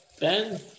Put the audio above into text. Ben